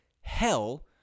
hell